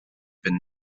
been